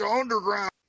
Underground